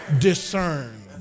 Discerned